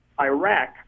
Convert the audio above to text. Iraq